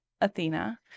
Athena